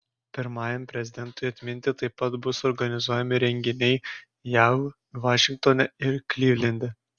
pirmajam prezidentui atminti taip pat bus organizuojami renginiai jav vašingtone ir klivlende